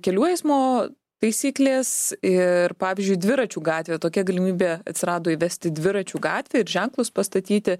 kelių eismo taisyklės ir pavyzdžiui dviračių gatvė tokia galimybė atsirado įvesti dviračių gatvę ir ženklus pastatyti